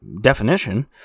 definition